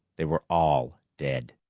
they were all dead!